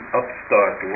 upstart